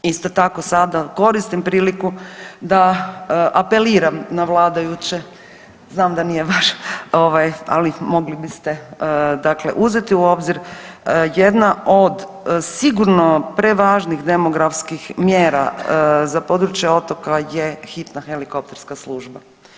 Isto tako sada koristim priliku da apeliram na vladajuće, znam da nije vaš, ali mogli biste dakle uzeti u obzir, jedna od sigurno prevažnih demografskih mjera za područje otoka je hitna helikopterska služba.